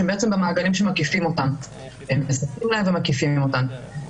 שהן במעגלים שמספקים להן ומקיפים אותן.